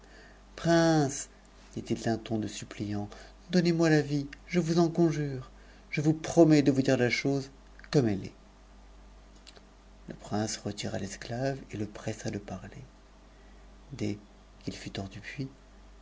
dit-il d'un ton de supn iant donnez-moi la vie je vous en conjure je promets de vous dire la chose comme elle est le prince retira l'esclave et le pressa de parler dès qu'il fut hors t u nuits